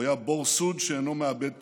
הוא היה בור סוד שאינו מאבד טיפה.